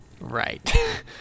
Right